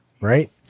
right